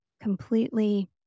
completely